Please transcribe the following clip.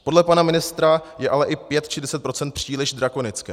Podle pana ministra je ale i 5 či 10 % příliš drakonické.